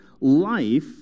life